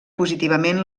positivament